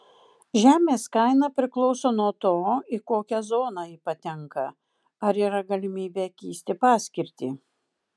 žemės kaina priklauso nuo to į kokią zoną ji patenka ar yra galimybė keisti paskirtį